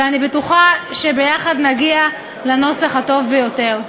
ואני בטוחה שביחד נגיע לנוסח הטוב ביותר.